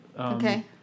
Okay